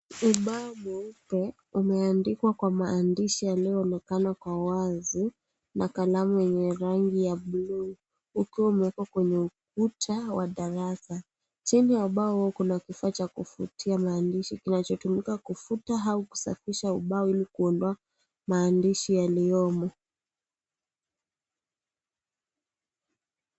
Ubao mweupe umeandikwa kwa maandishi yanayoonekana kwa wazi na kalamu yenye rangi ya buluu huku umewekwa kwenye ukuta wa darasa, chini ya ubao huo kuna kifaa cha kufutia maandishi kinachotumika kufuta au kusafisha ubao ili kuondoa maandishi yaliyomo.